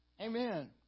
Amen